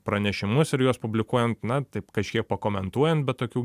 pranešimus ir juos publikuojant na taip kažkiek pakomentuojant be tokių